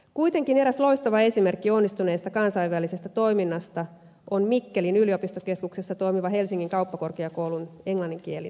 kuitenkin eräs loistava esimerkki onnistuneesta kansainvälisestä toiminnasta on mikkelin yliopistokeskuksessa toimiva helsingin kauppakorkeakoulun englanninkielinen koulutus